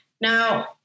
Now